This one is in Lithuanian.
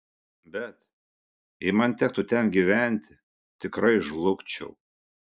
bet jei man tektų ten gyventi tikrai žlugčiau